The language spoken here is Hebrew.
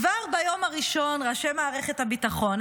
כבר ביום הראשון ראשי מערכת הביטחון,